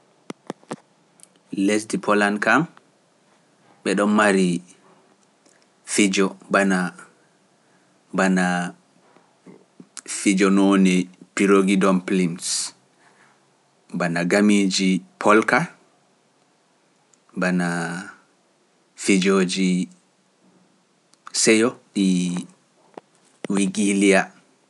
Lesdi Polan kam, ɓeɗo mari fijo bana fijo nooni piirogidon plims, bana gamiiji Polka, bana fijoji seyo ɗi Wigiliya.